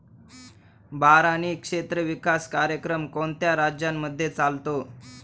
बारानी क्षेत्र विकास कार्यक्रम कोणत्या राज्यांमध्ये चालतो?